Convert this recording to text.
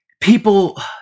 people